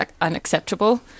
unacceptable